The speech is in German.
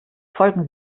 folgen